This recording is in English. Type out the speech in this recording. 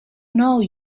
know